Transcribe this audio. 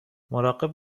مراقب